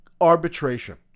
arbitration